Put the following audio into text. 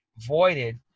voided